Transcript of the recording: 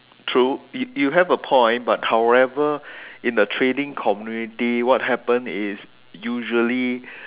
true you you have a point but however in the trading community what happen is usually